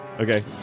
Okay